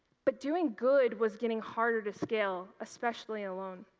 but doing good was getting harder to scale, especially alone.